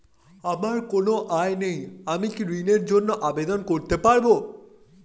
আমার কোনো আয় নেই আমি কি ঋণের জন্য আবেদন করতে পারব?